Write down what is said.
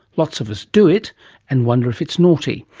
lots of us do it and wonder if it's naughty.